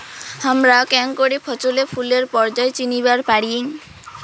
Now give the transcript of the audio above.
হামরা কেঙকরি ফছলে ফুলের পর্যায় চিনিবার পারি?